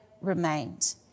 remained